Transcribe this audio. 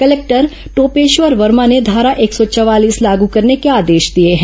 collector Topeshwar Verma ने धारा एक सौ चवालीस लाग करने के आदेश दिए हैं